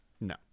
No